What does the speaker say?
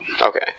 Okay